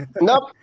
Nope